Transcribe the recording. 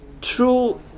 true